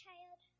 Child